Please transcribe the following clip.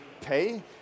pay